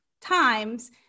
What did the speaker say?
times